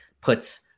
puts